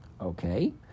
okay